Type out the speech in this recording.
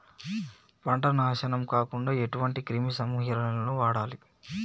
పంట నాశనం కాకుండా ఎటువంటి క్రిమి సంహారిణిలు వాడాలి?